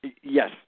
Yes